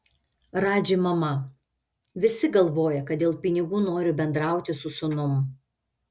radži mama visi galvoja kad dėl pinigų noriu bendrauti su sūnum